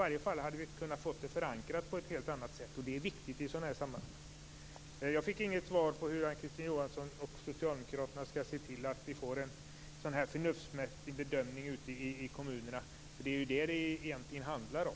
I alla fall hade vi kunnat få det förankrat på ett helt annat sätt. Jag fick inget svar på hur Ann-Kristine Johansson och socialdemokraterna skall se till att det görs en förnuftsmässig bedömning ute i kommunerna, för det är ju det som det egentligen handlar om.